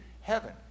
heaven